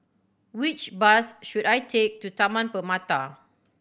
which bus should I take to Taman Permata